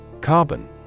Carbon